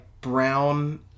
brown